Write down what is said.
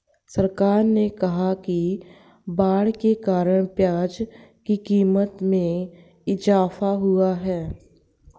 सरकार ने कहा कि बाढ़ के कारण प्याज़ की क़ीमत में इजाफ़ा हुआ है